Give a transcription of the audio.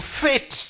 fit